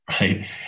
right